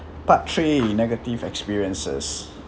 part three negative experiences